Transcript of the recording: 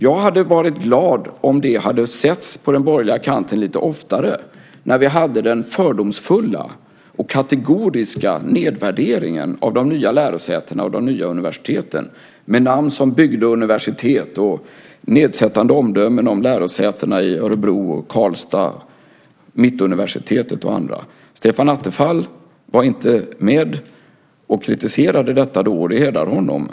Jag hade varit glad om det hade setts på den borgerliga kanten lite oftare när vi hade den fördomsfulla och kategoriska nedvärderingen av de nya lärosätena och de nya universiteten. Det var namn som bygdeuniversitet, nedsättande omdömen om lärosätena i Örebro, Karlstad, Mittuniversitetet och andra. Stefan Attefall var inte med och kritiserade detta då, och det hedrar honom.